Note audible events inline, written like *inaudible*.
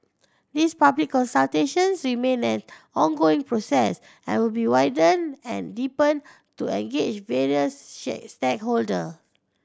these public consultations remain an ongoing process and will be widened and deepened to engage various *unintelligible* stakeholder